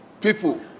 people